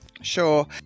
Sure